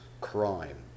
crime